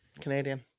Canadian